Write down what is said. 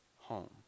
home